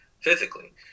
physically